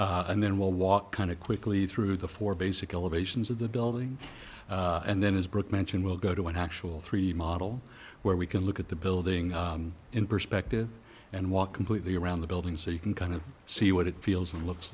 is and then we'll walk kind of quickly through the four basic elevations of the building and then as brooke mentioned we'll go to an actual three model where we can look at the building in perspective and walk completely around the building so you can kind of see what it feels and looks